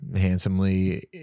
handsomely